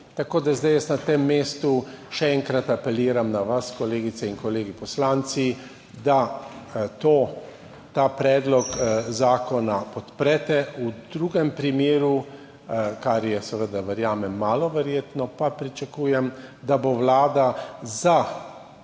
to naredi. Zdaj na tem mestu še enkrat apeliram na vas, kolegice in kolegi poslanci, da ta predlog zakona podprete. V drugem primeru, kar je, verjamem, malo verjetno, pa pričakujem, da bo Vlada z